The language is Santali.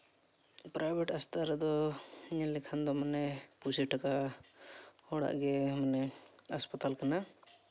ᱯᱨᱟᱭᱵᱷᱮᱹᱴ ᱦᱟᱥᱯᱟᱛᱟᱞ ᱨᱮᱫᱚ ᱧᱮᱞ ᱞᱮᱠᱷᱟᱱ ᱫᱚ ᱢᱟᱱᱮ ᱯᱩᱭᱥᱟᱹ ᱴᱟᱠᱟ ᱦᱚᱲᱟᱜ ᱜᱮ ᱢᱟᱱᱮ ᱦᱟᱥᱯᱟᱛᱟᱞ ᱠᱟᱱᱟ